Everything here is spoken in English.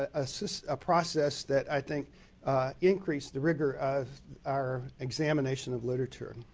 ah ah so a process that i think increased the rigor of our examination of literature.